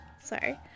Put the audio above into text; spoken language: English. sorry